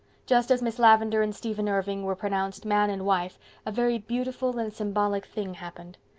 just as miss lavendar and stephen irving were pronounced man and wife a very beautiful and symbolic thing happened.